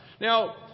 Now